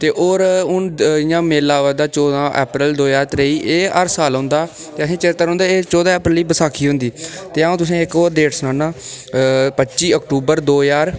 ते होर इं'या हू'न मेला आवा दा चौदां अप्रैल दो ज्हार त्रेई एह् मेला हर साल औंदा ते असें ई एह् चेता रौंहदा के चैदां अप्रैल गी बैसाखी होंदी ते अं'ऊ तुसेंगी इक्क होर डेट सनान्नां पच्ची अक्तूबर दो ज्हार